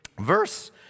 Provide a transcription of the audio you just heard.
Verse